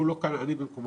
הוא לא כאן, אני במקומו.